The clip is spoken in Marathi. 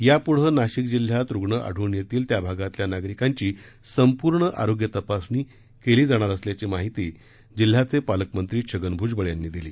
यापूढे नाशिक जिल्ह्यात रुण आढळून येतील त्या भागातल्या नागरिकार्धी सपूर्ण आरोग्य तपासणी करण्यात येणार असल्याची माहिती जिल्ह्याचे पालकमश्रीछगन भुजबळ यातीी दिली